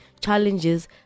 challenges